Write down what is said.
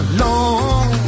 long